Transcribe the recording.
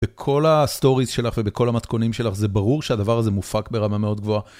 בכל הסטוריס שלך ובכל המתכונים שלך זה ברור שהדבר הזה מופק ברמה מאוד גבוהה.